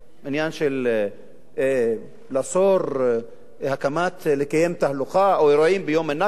העניין של לאסור לקיים תהלוכה או אירועים ביום הנכבה,